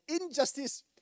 injustice